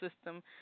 system